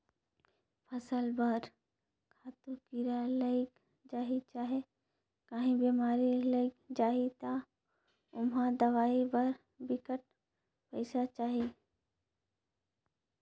फसल बर खातू, कीरा लइग जाही चहे काहीं बेमारी लइग जाही ता ओम्हां दवई बर बिकट पइसा चाही